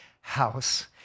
house